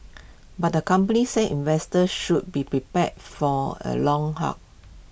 but the company said investors should be prepared for A long haul